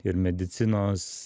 ir medicinos